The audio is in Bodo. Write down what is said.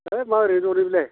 होथ मा ओरैनो दंलै बेलाय